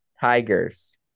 Tigers